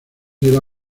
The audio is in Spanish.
era